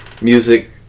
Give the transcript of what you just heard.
music